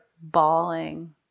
bawling